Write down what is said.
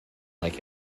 like